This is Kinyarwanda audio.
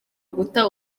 guta